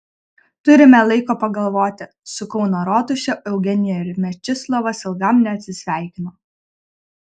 turime laiko pagalvoti su kauno rotuše eugenija ir mečislovas ilgam neatsisveikino